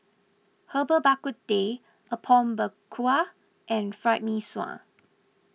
Herbal Bak Ku Teh Apom Berkuah and Fried Mee Sua